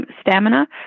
stamina